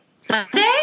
Sunday